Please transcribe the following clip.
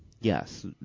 yes